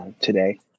today